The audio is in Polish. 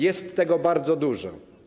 Jest tego bardzo dużo.